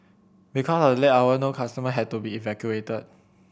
because of the late hour no customer had to be evacuated